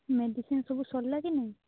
medicine ସବୁ ସରିଲା କି ନାହିଁ